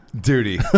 Duty